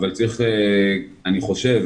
אני חושב